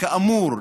כאמור,